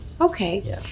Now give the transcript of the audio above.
Okay